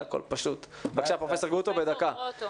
בבקשה פרופ' גרוטו.